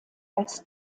als